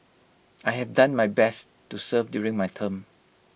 I have done my best to serve during my term